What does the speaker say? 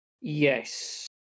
Yes